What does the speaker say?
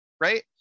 right